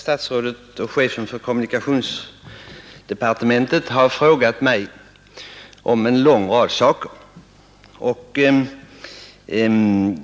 Herr talman! Herr kommunikationsministern har frågat mig om en lång rad saker.